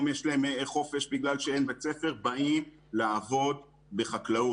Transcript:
יש להם חופש כי אין בית ספר באים לעבוד בחקלאות,